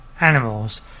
animals